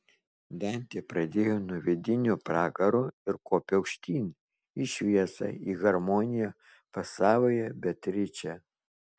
dantė pradėjo nuo vidinio pragaro ir kopė aukštyn į šviesą į harmoniją pas savąją beatričę